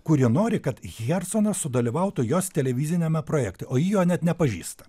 kuri nori kad herconas sudalyvautų jos televiziniame projekte o ji jo net nepažįsta